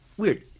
Weird